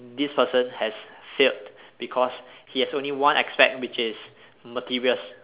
this person has failed because he has only one aspect which is materials